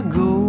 go